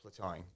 plateauing